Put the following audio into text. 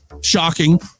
Shocking